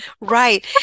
Right